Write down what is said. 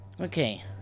Okay